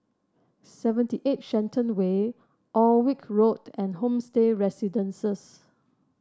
seventy eight Shenton Way Alnwick Road and Homestay Residences